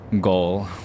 goal